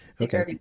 okay